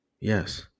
Yes